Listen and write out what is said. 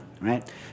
right